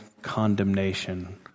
Condemnation